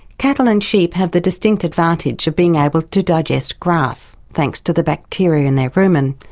cattle and sheep have the distinct advantage of being able to digest grass, thanks to the bacteria in their rumen,